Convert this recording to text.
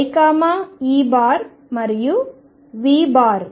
y E మరియు V